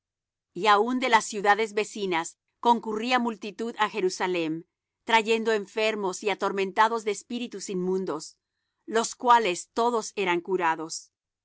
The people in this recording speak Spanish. y aun de las ciudades vecinas concurría multitud á jerusalem trayendo enfermos y atormentados de espíritus inmundos los cuales todos eran curados